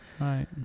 right